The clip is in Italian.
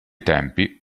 tempi